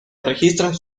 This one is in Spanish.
registran